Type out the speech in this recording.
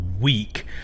Week